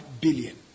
billion